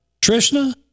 Trishna